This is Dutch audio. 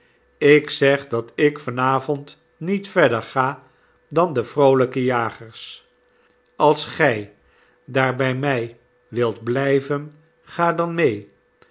ik zeg dat ik van avond niet verder ga dan de vroolljke jagers als gij daar bij mij wilt blijven ga dan mee